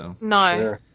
No